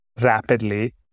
rapidly